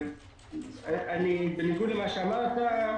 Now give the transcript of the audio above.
בניגוד למה שאמרת,